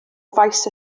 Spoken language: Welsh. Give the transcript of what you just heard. faes